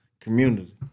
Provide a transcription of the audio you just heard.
community